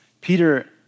Peter